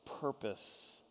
purpose